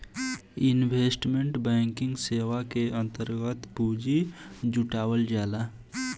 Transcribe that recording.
investment banking सेवा के अंतर्गत पूंजी जुटावल जाला